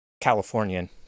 Californian